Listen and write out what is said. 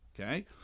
okay